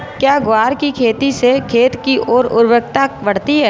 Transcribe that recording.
क्या ग्वार की खेती से खेत की ओर उर्वरकता बढ़ती है?